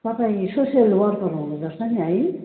तपाईँ social worker हुनु हुँदो रहेछ नि है